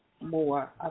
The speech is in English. more